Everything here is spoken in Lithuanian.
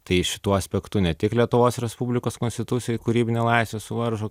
tai šituo aspektu ne tik lietuvos respublikos konstitucijoj kūrybinę laisvę suvaržo